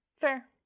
Fair